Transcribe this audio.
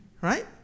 right